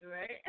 Right